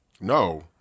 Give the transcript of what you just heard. No